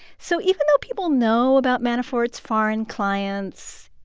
so even though people know about manafort's foreign clients,